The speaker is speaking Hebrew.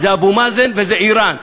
זה אבו מאזן וזה איראן.